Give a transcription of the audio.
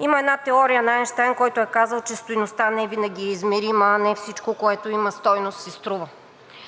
Има една теория на Айнщайн, който е казал, че стойността не винаги е измерима, не всичко, което има стойност, си струва.